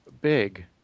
big